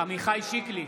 עמיחי שיקלי,